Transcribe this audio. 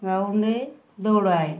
গ্রাউন্ডে দৌড়ায়